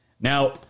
Now